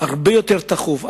הרבה יותר תכוף,